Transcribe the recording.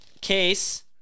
Case